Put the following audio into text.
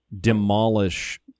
demolish